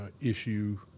issue